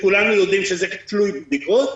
שכולנו יודעים שזה תלוי בדיקות,